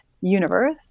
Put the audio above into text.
universe